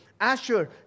Asher